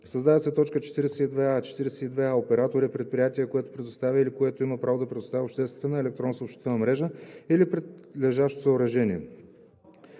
Създава се т. 42а: „42а. „Оператор“ е предприятие, което предоставя или което има право да предоставя обществена електронна съобщителна мрежа или прилежащо съоръжение.“